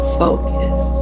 focus